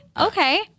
okay